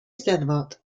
eisteddfod